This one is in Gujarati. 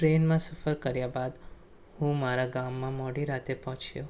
ટ્રેનમાં સફર કર્યા બાદ હું મારા ગામમાં મોડી રાત્રે પહોંચ્યો